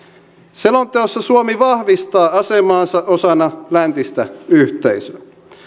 selonteossa suomi vahvistaa asemaansa osana läntistä yhteisöä